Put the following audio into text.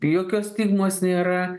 jokios stigmos nėra